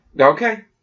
Okay